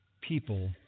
people